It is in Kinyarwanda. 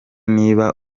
niba